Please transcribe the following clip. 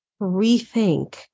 Rethink